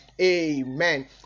amen